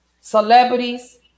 celebrities